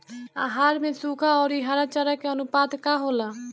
आहार में सुखा औरी हरा चारा के आनुपात का होला?